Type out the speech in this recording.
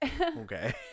okay